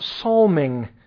psalming